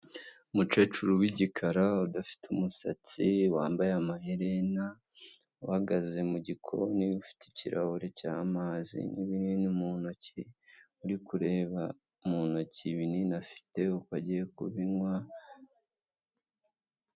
Umukecuru w'igikara udafite umusatsi, wambaye amaherena uhagaze mu gikoni ufite ikirahure cy'amazi n'ibini mu ntoki, uri kureba mu ntoki ibinini afite uko agiye kubinywa.